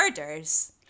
Orders